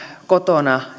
kotona